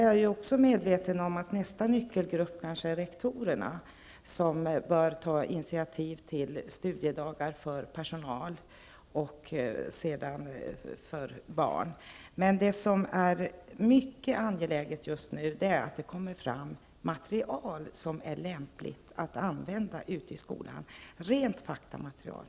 Jag är också medveten om att nästa nyckelgrupp kanske är rektorerna, som bör ta initiativ till studiedagar först för personal och sedan för barnen. Just nu är det mycket angeläget att det kommer fram material som är lämpligt att använda ute i skolan, rent faktamaterial.